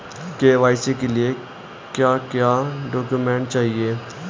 KYC के लिए क्या क्या डॉक्यूमेंट चाहिए?